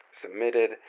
submitted